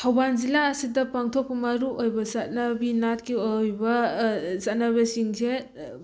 ꯊꯧꯕꯥꯜ ꯖꯤꯂꯥ ꯑꯁꯤꯗ ꯄꯥꯡꯊꯣꯛꯄ ꯃꯔꯨꯑꯣꯏꯕ ꯆꯠꯅꯕꯤ ꯅꯥꯠꯀꯤ ꯑꯣꯏꯕ ꯆꯠꯅꯕꯁꯤꯡꯁꯦ